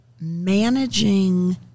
managing